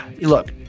look